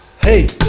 Hey